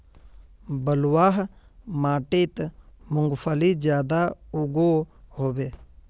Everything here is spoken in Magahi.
बलवाह माटित मूंगफली ज्यादा उगो होबे?